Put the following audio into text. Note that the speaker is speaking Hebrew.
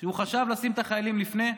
שהוא חשב לשים את החיילים לפני?